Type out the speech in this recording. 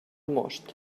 most